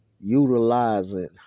utilizing